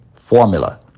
formula